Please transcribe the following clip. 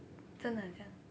真的很像